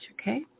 okay